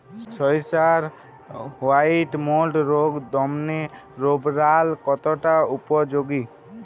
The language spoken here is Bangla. সরিষার হোয়াইট মোল্ড রোগ দমনে রোভরাল কতটা উপযোগী?